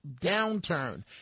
downturn